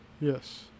Yes